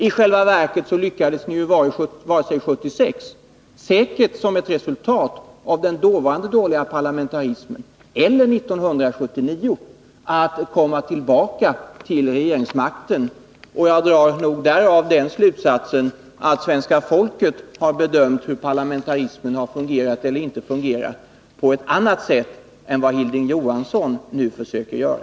I själva verket lyckades ni varken 1976 — säkert som ett resultat av den dåvarande dåliga parlamentarismen — eller 1979 komma tillbaka till regeringsmakten. Jag drar därav den slutsatsen att svenska folket har bedömt hur parlamentarismen har fungerat eller inte har fungerat på ett annat sätt än Hilding Johansson nu försöker göra.